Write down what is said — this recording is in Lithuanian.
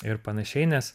ir panašiai nes